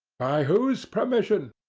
by whose permission?